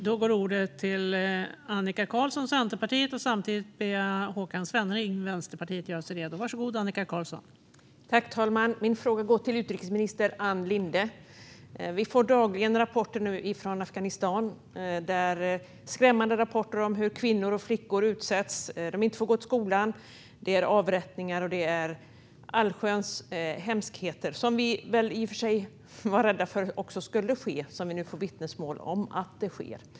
Fru talman! Min fråga går till utrikesminister Ann Linde. Vi får dagligen skrämmande rapporter från Afghanistan där det framgår hur utsatta kvinnor och flickor är. De får inte gå till skolan, och de utsätts för avrättningar och allsköns hemskheter. Vi var ju i och för sig rädda att detta skulle ske, och nu får vi vittnesmål om att det sker.